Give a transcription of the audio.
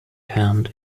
hand